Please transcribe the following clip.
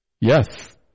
Yes